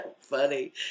funny